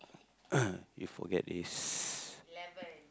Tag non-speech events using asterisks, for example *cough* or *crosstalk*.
*coughs* you forget this